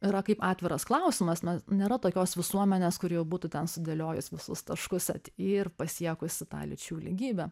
yra kaip atviras klausimas nes nėra tokios visuomenės kuri jau būtų ten sudėliojus visus taškus ant i ir pasiekusi tą lyčių lygybę